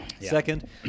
Second